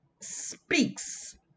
speaks